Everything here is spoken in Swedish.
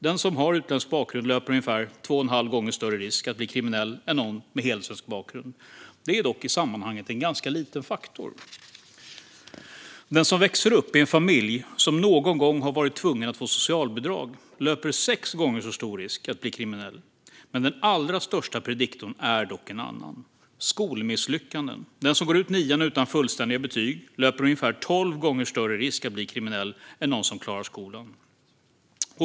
Den som har utländsk bakgrund löper ungefär två och en halv gånger större risk att bli kriminell än någon med helsvensk bakgrund. Det är dock i sammanhanget en ganska liten faktor. Den som växer upp i en familj som någon gång har varit tvungen att få socialbidrag löper sex gånger större risk att bli kriminell. Den allra största prediktorn är dock en annan: skolmisslyckanden. Den som går ut nian utan fullständiga betyg löper ungefär tolv gånger större risk att bli kriminell än någon som klarar skolan.